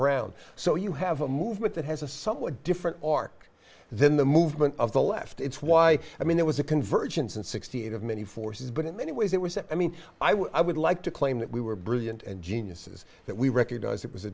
brown so you have a movement that has a somewhat different arc then the movement of the left it's why i mean there was a convergence and sixty eight of many forces but in many ways it was i mean i would i would like to claim that we were brilliant and geniuses that we recognize it was a